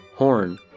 Horn